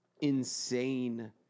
insane